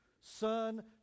son